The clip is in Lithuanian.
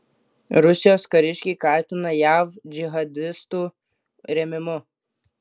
rusijos kariškiai kaltina jav džihadistų rėmimu